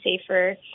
safer